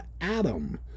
Adam